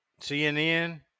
CNN